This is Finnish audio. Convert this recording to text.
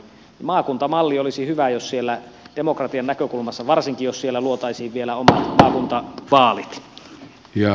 maakuntamalli olisi hyvä demokratian näkökulmasta varsinkin jos siinä luotaisiin vielä omat maakuntavaalit